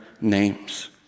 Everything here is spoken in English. names